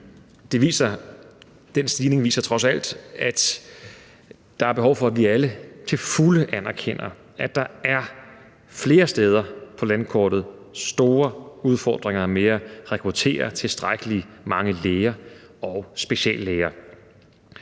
den stigning viser trods alt, at der er behov for, at vi alle til fulde anerkender, at der flere steder på landkortet er store udfordringer med at rekruttere tilstrækkelig mange læger og speciallæger.